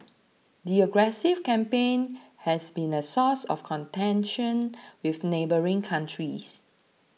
the aggressive campaign has been a source of contention with neighbouring countries